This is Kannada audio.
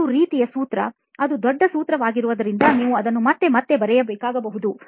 ಒಂದು ರೀತಿಯ ಸೂತ್ರ ಅದು ದೊಡ್ಡ ಸೂತ್ರವಾಗಿರುವುದರಿಂದ ನೀವು ಅದನ್ನು ಮತ್ತೆ ಮತ್ತೆ ಬರೆಯಬೇಕಾಗಬಹುದು